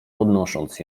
podnosząc